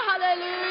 Hallelujah